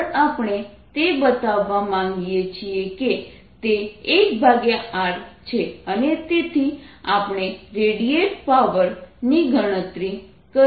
આગળ આપણે તે બતાવવા માગીએ છીએ કે તે 1r છે અને તેથી આપણે રેડિયેટેડ પાવર ની ગણતરી કરીશું